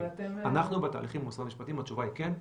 אנחנו בתהליכים עם משרד המשפטים והתשובה היא כן.